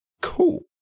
cool